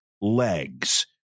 legs